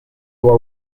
war